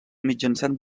mitjançant